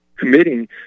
committing